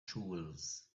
jewels